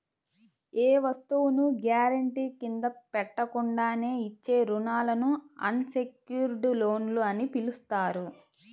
ఏ వస్తువును గ్యారెంటీ కింద పెట్టకుండానే ఇచ్చే రుణాలను అన్ సెక్యుర్డ్ లోన్లు అని పిలుస్తారు